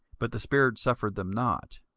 but the spirit suffered them not.